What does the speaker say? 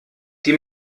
die